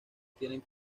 tienen